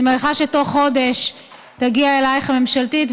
אני מניחה שתוך חודש תגיע אלייך הממשלתית,